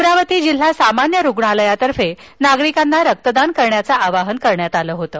अमरावती जिल्हा सामान्य रुग्णालयातर्फे नागरिकांना रक्तदान करण्याचं आवाहन करण्यात आलं होतं